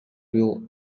will